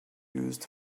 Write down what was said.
used